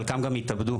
חלקם גם התאבדו,